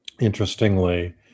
Interestingly